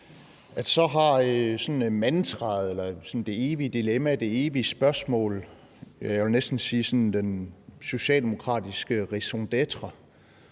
at mantraet eller det evige dilemma, det evige spørgsmål, jeg vil næsten sige den socialdemokratiske raison d'etre,